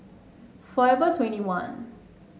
forever twenty one